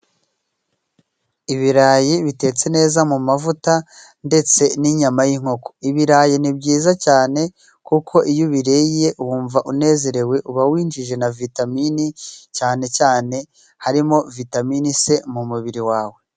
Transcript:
Ibirayi bitetse neza mu mavuta ndetse n'inyama y'inkoko. Ibirayi ni byiza cyane kuko iyo ubiriye wumva unezerewe uba winjije na vitaminini cyane cyane harimo vitaminini se mu mubiri wawe.